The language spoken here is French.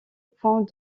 point